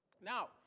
Now